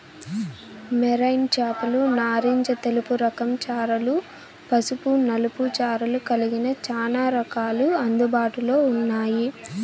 marine చేపలు నారింజ తెలుపు రకం చారలు, పసుపు నలుపు చారలు కలిగిన చానా రకాలు అందుబాటులో ఉన్నాయి